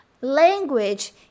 Language